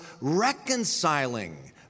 reconciling